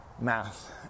math